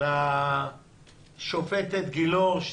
לשופטת גילאור?